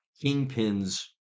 Kingpin's